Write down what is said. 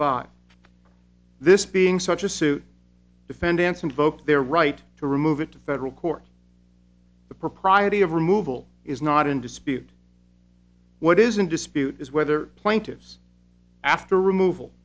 five this being such a suit defendants invoke their right to remove it to federal court the propriety of removal is not in dispute what is in dispute is whether plaintiffs after removal